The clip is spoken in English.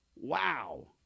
Wow